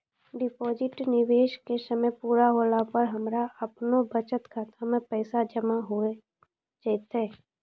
Deposit निवेश के समय पूरा होला पर हमरा आपनौ बचत खाता मे पैसा जमा होय जैतै?